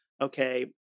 okay